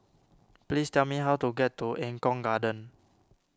please tell me how to get to Eng Kong Garden